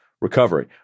recovery